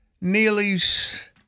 Neely's